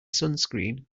sunscreen